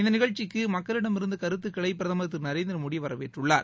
இந்தநிகழ்ச்சிக்குமக்களிடமிருந்துகருத்துக்களைபிரதமர் திருநரேந்திரமோடிவரவேற்றுள்ளார்